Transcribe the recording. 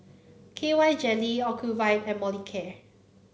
K Y Jelly Ocuvite and Molicare